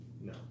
No